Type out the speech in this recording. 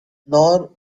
nor